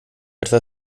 etwa